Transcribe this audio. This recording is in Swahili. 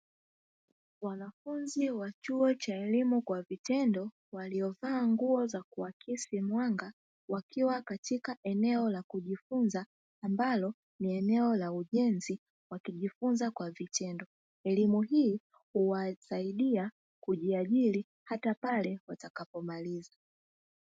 Wanafunzi wa chuo cha elimu kwa vitendo waliovaa nguo za kuakisi mwanga, wakiwa katika eneo la kujifunza ambalo ni eneo la ujenzi wakijifunza kwa vitendo. Elimu hii huwa saidia kujiajiri hata pale watakapo maliza.